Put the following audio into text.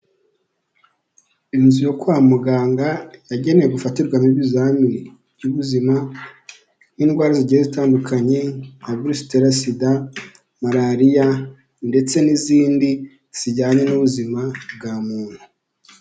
Inzu yo kwa muganga yagenewe gufatirwamo ibizamini by'ubuzima nk'indwara zigiye zitandukanye nka virusi itera sida malariya ndetse n'izindi zijyanye n'ubuzima bwa muntu.